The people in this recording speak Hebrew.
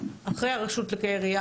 אחרי הרשות לכלי ירייה,